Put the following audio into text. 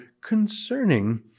concerning